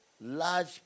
large